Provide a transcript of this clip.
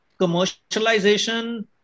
commercialization